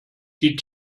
die